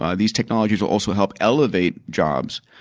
ah these technologies will also help elevate jobs.